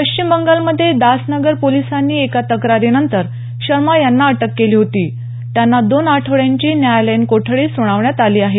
पश्चिम बंगालमध्ये दासनगर पोलिसांनी एका तक्रारीनंतर शर्मा यांना अटक केली होती त्यांना दोन आठवड्यांची न्यायालयीन कोठडी सुनावण्यात आली आहे